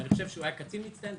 הוא היה קצין מצטיין,